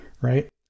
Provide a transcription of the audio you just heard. right